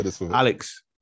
Alex